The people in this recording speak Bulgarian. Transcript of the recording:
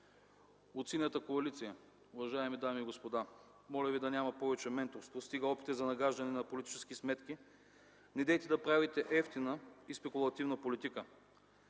от Синята коалиция, моля ви да няма повече менторство, стига опити за нагаждане на политически сметки. Недейте да правите евтина и спекулативна политика,